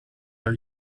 are